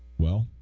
well